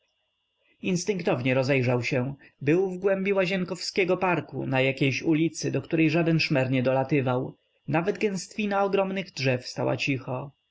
nic instynktownie rozejrzał się był w głębi łazienkowskiego parku na jakiejś ulicy do której żaden szmer nie dolatywał nawet gęstwina ogromnych drzew stała cicho